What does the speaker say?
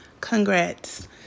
congrats